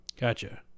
Gotcha